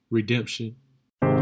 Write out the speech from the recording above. Redemption